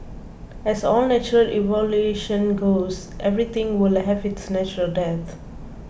as all natural evolution goes everything will have its natural death